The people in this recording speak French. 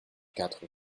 quatre